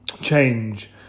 change